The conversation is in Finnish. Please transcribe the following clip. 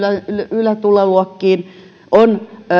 ylätuloluokkiin on